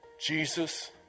Jesus